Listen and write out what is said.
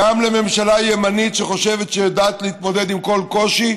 גם לממשלה ימנית שחושבת שהיא יודעת להתמודד עם כל קושי,